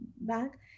back